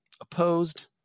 opposed